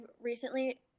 recently